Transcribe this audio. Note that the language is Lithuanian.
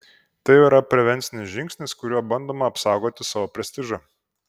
tai yra prevencinis žingsnis kuriuo bandoma apsaugoti savo prestižą